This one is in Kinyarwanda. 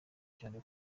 cyane